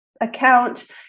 account